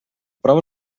prova